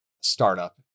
startup